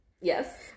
Yes